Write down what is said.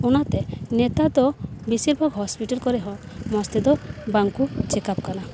ᱚᱱᱟᱛᱮ ᱱᱮᱛᱟᱨ ᱫᱚ ᱵᱮᱥᱤᱨ ᱵᱷᱟᱜ ᱦᱚᱥᱯᱤᱴᱟᱞ ᱠᱚᱨᱮ ᱦᱚᱸ ᱢᱚᱡᱽ ᱛᱮᱫᱚ ᱵᱟᱝ ᱠᱚ ᱪᱮᱠᱟᱯ ᱠᱟᱱᱟ